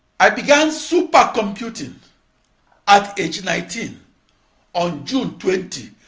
i began supercomputing at age nineteen on june twenty,